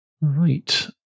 Right